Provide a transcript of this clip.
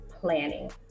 planning